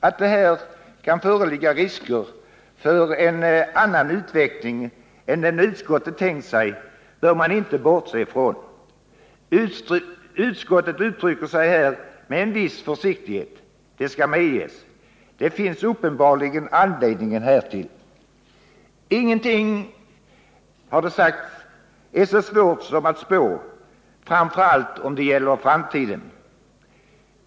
Att det här kan föreligga risker för en annan utveckling än den utskottet tänkt sig bör man inte bortse från. Utskottet yttrar sig här med en viss försiktighet, det skall medges. Det finns uppenbarligen anledningar härtill. ä Ingenting, har det sagts, är så svårt som att spå, framför allt om det gäller framtiden.